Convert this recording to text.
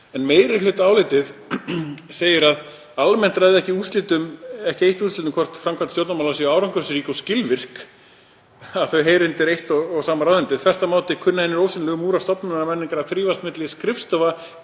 En í meirihlutaáliti segir að almennt ráði það eitt ekki úrslitum um hvort framkvæmd stjórnarmála sé árangursrík og skilvirk að þau heyri undir eitt og sama ráðuneytið. Þvert á móti kunni hinir ósýnilegu múrar stofnanamenningar að þrífast milli skrifstofa